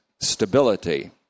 stability